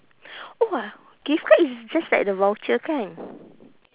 oh !wah! gift card is just like the voucher kan